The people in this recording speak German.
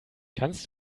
kannst